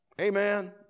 Amen